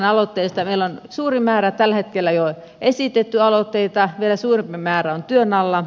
meillä on suuri määrä tällä hetkellä jo esitetty aloitteita ja vielä suurempi määrä on työn alla